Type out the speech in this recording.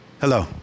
Hello